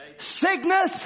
sickness